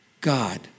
God